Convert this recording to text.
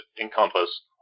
encompass